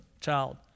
child